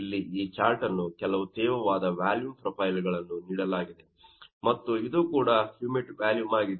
ಇಲ್ಲಿ ಈ ಚಾರ್ಟ್ನಲ್ಲಿ ಕೆಲವು ತೇವವಾದ ವ್ಯಾಲುಮ್ ಪ್ರೊಫೈಲ್ಗಳನ್ನು ನೀಡಲಾಗಿದೆ ಮತ್ತು ಇದು ಕೂಡ ಹ್ಯೂಮಿಡ್ ವ್ಯಾಲುಮ್ ಆಗಿದೆ